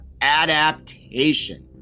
adaptation